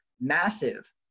massive